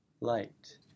light